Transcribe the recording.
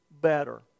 better